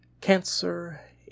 Cancer